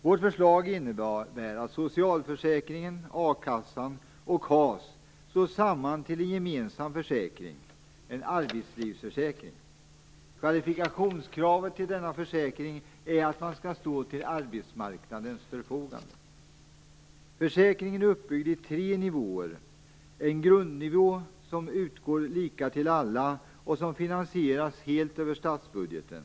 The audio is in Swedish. Vårt förslag innebär att socialförsäkringen, a-kassan och KAS slås samman till en gemensam försäkring, en arbetslivsförsäkring. Kvalifikationskravet till denna försäkring är att man står till arbetsmarknadens förfogande. Försäkringen är uppbyggd i tre nivåer. Det är en grundnivå som utgår lika för alla och som finansieras helt över statsbudgeten.